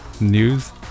News